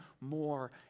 more